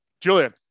Julian